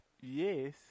yes